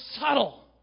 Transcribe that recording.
subtle